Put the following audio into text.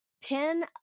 Pin